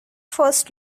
first